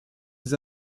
des